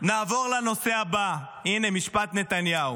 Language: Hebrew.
נעבור לנושא הבא, הינה, משפט נתניהו.